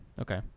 Okay